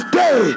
day